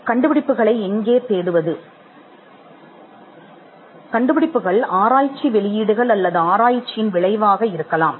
கண்டுபிடிப்புகள் ஆராய்ச்சி வெளியீடுகள் அல்லது ஆராய்ச்சியின் விளைவாக இருக்கலாம்